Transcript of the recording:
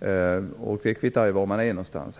eller henne -- det kvittar var man befinner sig.